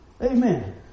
Amen